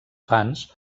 fans